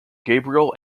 gabriel